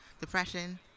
depression